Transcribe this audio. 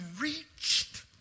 reached